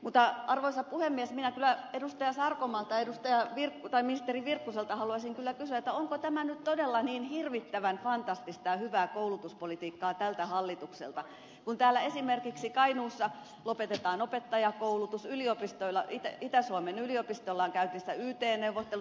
mutta arvoisa puhemies minä kyllä edustaja sarkomaalta tai ministeri virkkuselta haluaisin kysyä onko tämä nyt todella niin hirvittävän fantastista ja hyvää koulutuspolitiikkaa tältä hallitukselta kun esimerkiksi kainuussa lopetetaan opettajankoulutus itä suomen yliopistolla on käynnissä yt neuvottelut